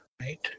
right